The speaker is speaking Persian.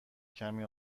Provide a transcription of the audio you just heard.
کمی